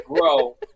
grow